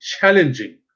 challenging